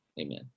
Amen